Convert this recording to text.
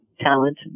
talent